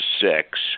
six